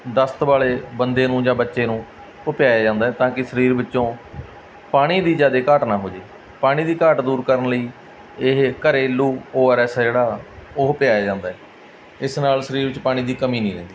ਦਸਤ ਵਾਲੇ ਬੰਦੇ ਨੂੰ ਜਾਂ ਬੱਚੇ ਨੂੰ ਉਹ ਪਿਲਾਇਆ ਜਾਂਦਾ ਤਾਂ ਕਿ ਸਰੀਰ ਵਿੱਚੋਂ ਪਾਣੀ ਦੀ ਜ਼ਿਆਦਾ ਘਾਟ ਨਾ ਹੋ ਜਾਵੇ ਪਾਣੀ ਦੀ ਘਾਟ ਦੂਰ ਕਰਨ ਲਈ ਇਹ ਘਰੇਲੂ ਓ ਆਰ ਐਸ ਆ ਜਿਹੜਾ ਉਹ ਪਿਲਾਇਆ ਜਾਂਦਾ ਇਸ ਨਾਲ ਸਰੀਰ 'ਚ ਪਾਣੀ ਦੀ ਕਮੀ ਨਹੀਂ ਰਹਿੰਦੀ